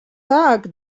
tak